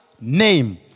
name